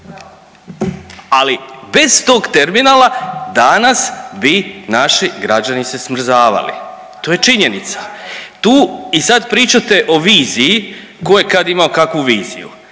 Ali bez tog terminala danas bi naši građani se smrzavali. To je činjenica. Tu i sad pričate o viziji tko je kad imao kakvu viziju.